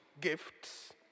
gifts